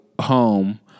home